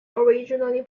originally